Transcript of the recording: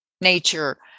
nature